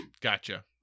Gotcha